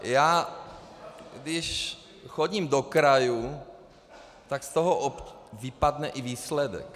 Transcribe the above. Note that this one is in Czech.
Já když chodím do krajů, tak z toho vypadne i výsledek.